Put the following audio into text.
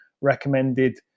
recommended